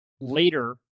later